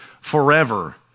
forever